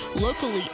locally